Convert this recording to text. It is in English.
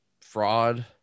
fraud